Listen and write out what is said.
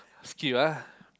skip ah